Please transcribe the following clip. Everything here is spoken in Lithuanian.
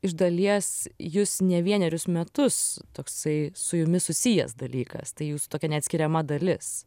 iš dalies jus ne vienerius metus toksai su jumis susijęs dalykas tai jūsų tokia neatskiriama dalis